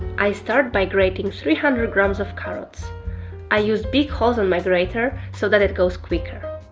i start by grating three hundred grams of carrots i use big holes on my grater so that it goes quicker.